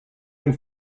and